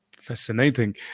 fascinating